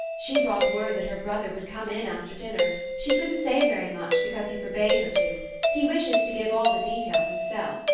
she brought word that her brother would come in after dinner she couldn't say very much, because he forbade her to he wishes to give all the details himself.